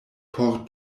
por